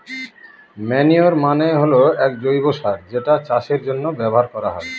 manure মানে হল এক জৈব সার যেটা চাষের জন্য ব্যবহার করা হয়